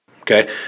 Okay